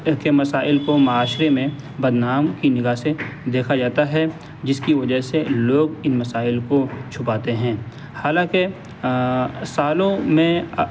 کے مسائل کو معاشرے میں بدنام کی نگاہ سے دیکھا جاتا ہے جس کی وجہ سے لوگ ان مسائل کو چھپاتے ہیں حالاںکہ سالوں میں